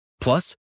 Plus